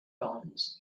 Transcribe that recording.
bonds